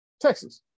Texas